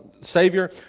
savior